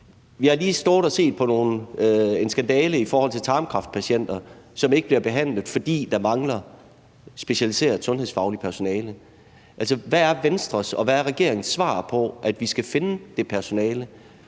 Vi har lige stået og set på en skandale i forhold til tarmkræftpatienter, som ikke bliver behandlet, fordi der mangler specialiseret sundhedsfagligt personale. Altså, hvad er Venstres og hvad er regeringens svar på, at vi skal finde det personale,